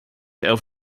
elf